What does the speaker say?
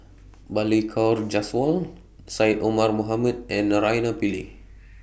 Balli Kaur Jaswal Syed Omar Mohamed and Naraina Pillai